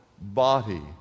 body